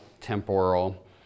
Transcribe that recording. temporal